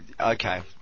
Okay